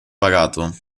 pagato